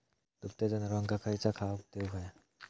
दुभत्या जनावरांका खयचा खाद्य देऊक व्हया?